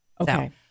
Okay